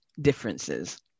differences